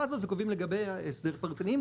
הזאת וקובעים לגביה הסדרים פרטניים,